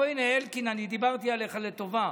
הינה אלקין, אני דיברתי עליך לטובה,